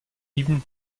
ibn